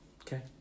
Okay